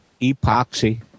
Epoxy